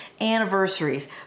anniversaries